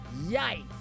Yikes